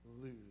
lose